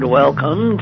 welcome